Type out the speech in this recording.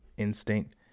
instinct